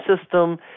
system